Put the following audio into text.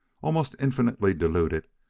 almost infinitely diluted,